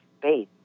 space